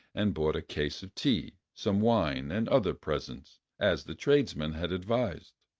and bought a case of tea, some wine, and other presents, as the tradesman had advised.